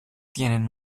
tienen